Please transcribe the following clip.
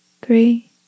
three